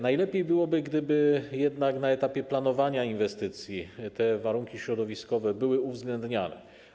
Najlepiej byłoby, gdyby jednak na etapie planowania inwestycji warunki środowiskowe były uwzględniane.